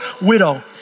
widow